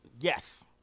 yes